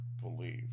believe